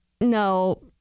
No